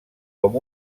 com